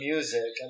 Music